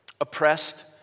oppressed